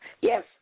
Yes